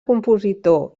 compositor